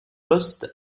post